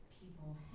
people